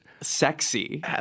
sexy